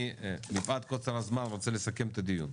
מפאת קוצר הזמן אני רוצה לסכם את הדיון.